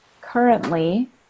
currently